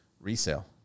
Resale